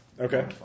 Okay